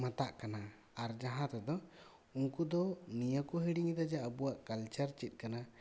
ᱢᱟᱛᱟᱜ ᱠᱟᱱᱟ ᱟᱨ ᱡᱟᱦᱟᱸ ᱛᱮᱫᱚ ᱩᱱᱠᱩ ᱫᱚ ᱱᱤᱭᱟᱹ ᱠᱚ ᱦᱤᱲᱤᱧᱮᱫᱟ ᱡᱮ ᱟᱹᱵᱚᱣᱟᱜ ᱠᱟᱞᱪᱟᱨ ᱪᱮᱫ ᱠᱟᱱᱟ